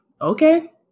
okay